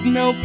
no